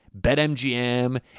BetMGM